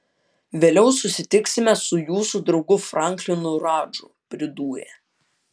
vėliau susitiksime su jūsų draugu franklinu radžu pridūrė